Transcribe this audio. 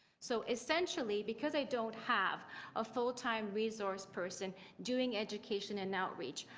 so essentially because i don't have a full-time resource person doing education and outreach,